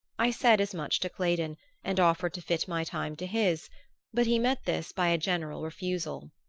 i said as much to claydon and offered to fit my time to his but he met this by a general refusal.